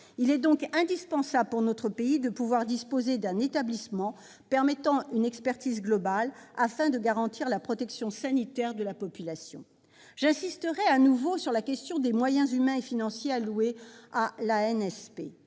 Il est donc indispensable que notre pays puisse disposer d'un établissement assurant une expertise globale, afin de garantir la protection sanitaire de la population. J'insisterai une nouvelle fois sur la question des moyens humains et financiers alloués à l'ANSP.